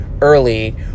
early